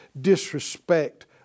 disrespect